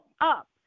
up